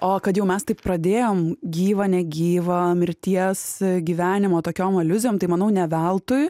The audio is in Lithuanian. o kad jau mes taip pradėjom gyva negyva mirties gyvenimo tokiom aliuzijom tai manau ne veltui